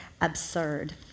absurd